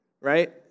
Right